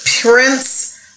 Prince